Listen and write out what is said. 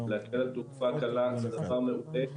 להקל על תעופה קלה זה דבר מעולה.